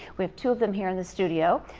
we have two of them here in the studio.